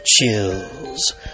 chills